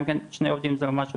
גם כן, שני עובדים זה לא משהו